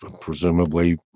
presumably